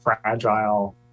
fragile